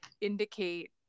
indicate